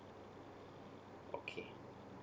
okay